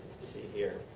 see here.